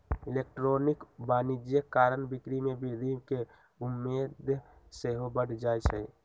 electronic वाणिज्य कारण बिक्री में वृद्धि केँ उम्मेद सेहो बढ़ जाइ छइ